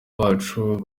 bacu